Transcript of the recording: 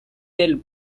del